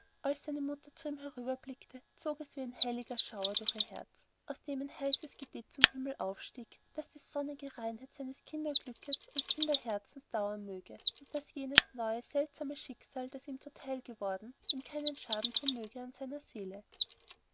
als seine mutter zu ihm hinüberblickte zog es wie ein heiliger schauer durch ihr herz aus dem ein heißes gebet zum himmel aufstieg daß die sonnige reinheit seines kinderglückes und kinderherzens dauern möge und daß jenes neue seltsame schicksal das ihm zu teil geworden ihm keinen schaden thun möge an seiner seele